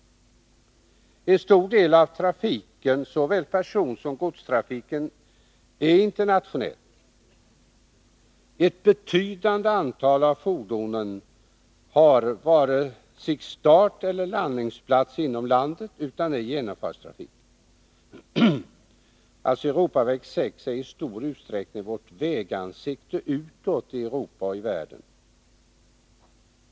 En stor del av trafiken, såväl personsom godstrafiken, är internationell. Ett betydande antal av fordonen har varken starteller landningsplats inom landet, utan representerar genomfartstrafik. E 6 äristor utsträckning vårt vägansikte utåt i Europa och i världen.